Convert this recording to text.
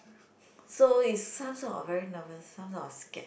so is some sort of very nervous some sort of scared